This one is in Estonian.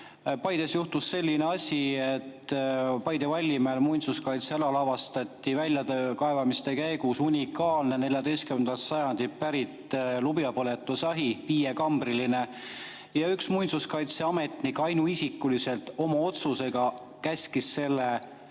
Paides juhtus selline asi, et Paide Vallimäel muinsuskaitsealal avastati väljakaevamiste käigus unikaalne 14. sajandist pärit viiekambriline lubjapõletusahi ja üks muinsuskaitseametnik ainuisikuliselt oma otsusega käskis selle